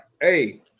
hey